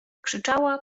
krzyczała